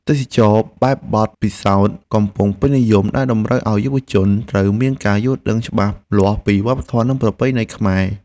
ទេសចរណ៍បែបបទពិសោធន៍កំពុងពេញនិយមដែលតម្រូវឱ្យយុវជនត្រូវមានការយល់ដឹងច្បាស់លាស់ពីវប្បធម៌និងប្រពៃណីខ្មែរ។